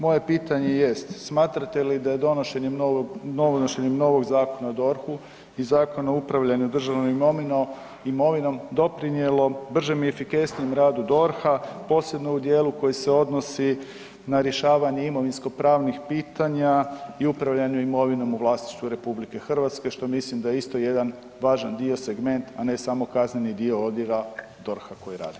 Moje pitanje jest, smatrate li da je donošenjem novog Zakona o DORH-u i Zakona o upravljanju državnom imovinom doprinijelo bržem i efikasnijem radu DORH-a posebno u djelu koji se odnosi na rješavanje imovinsko-pravnih pitanja i upravljanju imovinom u vlasništvu RH što mislim da je isto jedan važan dio, segment a ne samo kazneni dio odjela DORH-a koji radi.